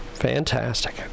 Fantastic